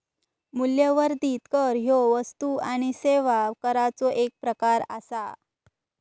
मूल्यवर्धित कर ह्यो वस्तू आणि सेवा कराचो एक प्रकार आसा